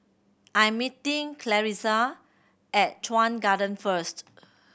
I'm meeting Clarissa at Chuan Garden first